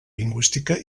lingüística